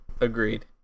Agreed